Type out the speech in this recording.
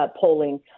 polling